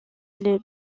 les